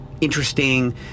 interesting